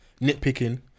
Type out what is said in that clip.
nitpicking